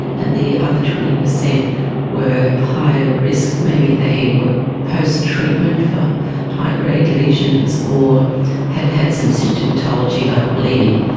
and the other twenty percent were higher risk, maybe they were post-treatment for high-grade lesions or had had some symptomatology like bleeding.